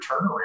turnaround